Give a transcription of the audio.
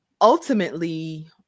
ultimately